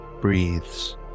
breathes